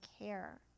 care